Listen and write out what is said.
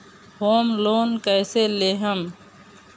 Home loan कैसे लेहम?